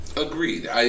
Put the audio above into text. Agreed